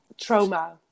trauma